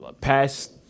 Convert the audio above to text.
past